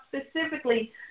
specifically